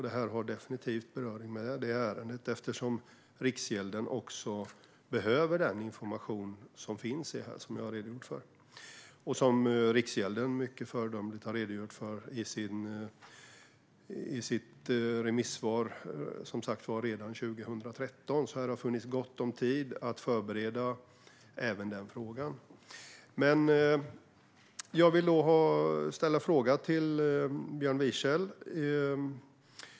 Detta är definitivt fallet här, eftersom Riksgälden också behöver denna information, vilket jag har redogjort för. Riksgälden har också som sagt redogjort för detta mycket föredömligt i sitt remissvar redan 2013, så det har funnits gott om tid att förbereda även den frågan.